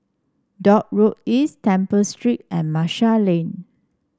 Dock Road East Temple Street and Marshall Lane